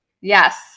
Yes